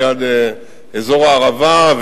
ליד אזור הערבה,